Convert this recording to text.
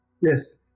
Yes